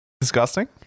Disgusting